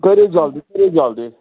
کٔرِو جَلدی کٔرِو جَلدی